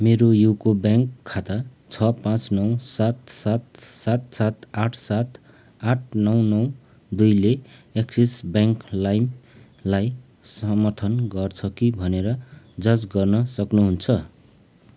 मेरो युको ब्याङ्क खाता छ पाँच नौ सात सात सात सात आठ सात आठ नौ नौ दुईले एक्सिस ब्याङ्क लाइमलाई समर्थन गर्छ कि भनेर जाँच गर्न सक्नुहुन्छ